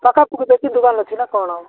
ପାଖାପୁଖି ବେଶି ଦୋକାନ ଅଛି ନା କ'ଣ